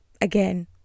Again